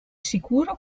sicuro